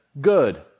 good